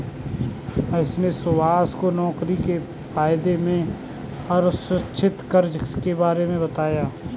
महेश ने सुभाष को नौकरी से फायदे में असुरक्षित कर्ज के बारे में भी बताया